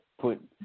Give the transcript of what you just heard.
put